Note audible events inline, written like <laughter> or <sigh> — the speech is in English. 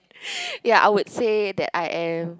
<breath> ya I would say that I am